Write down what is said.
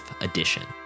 Edition